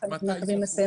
ואני אגיד לך